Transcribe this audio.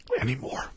anymore